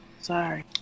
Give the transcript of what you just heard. Sorry